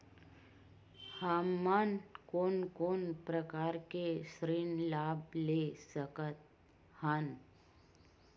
हमन कोन कोन प्रकार के ऋण लाभ ले सकत हन?